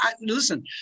listen